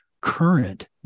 current